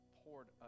poured